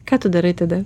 ką tu darai tada